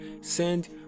send